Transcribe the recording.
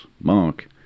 Mark